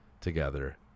together